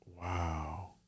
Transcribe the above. Wow